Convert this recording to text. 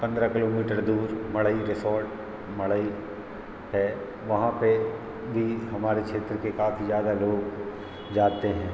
पन्द्रह किलोमीटर दूर मढ़ई रिसॉर्ट मढ़ई है वहाँ पे भी हमारे क्षेत्र के काफ़ी ज़्यादा लोग जाते हैं